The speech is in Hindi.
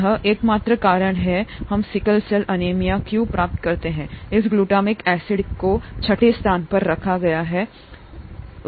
यही एकमात्र कारण है हम सिकल सेल एनीमिया क्यों प्राप्त करते हैंइस ग्लूटामिक एसिड को छठे स्थान पर रखा गया है एक और एमिनो एसिड